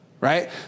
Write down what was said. right